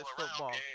football